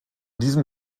diesem